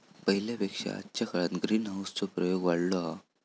पहिल्या पेक्षा आजच्या काळात ग्रीनहाऊस चो प्रयोग वाढलो हा